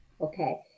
okay